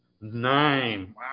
Nine